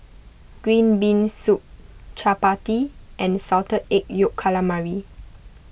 Green Bean Soup Chappati and Salted Egg Yolk Calamari